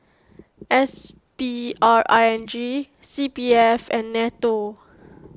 S P R I N G C P F and Nato